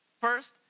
First